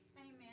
Amen